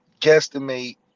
guesstimate